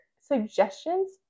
suggestions